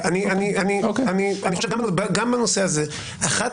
אבל אומר לך גרוניס שהוא חייב את זה בתור עילה שאי אפשר